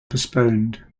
postponed